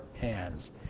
hands